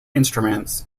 investments